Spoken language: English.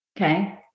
Okay